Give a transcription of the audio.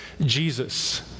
Jesus